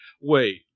wait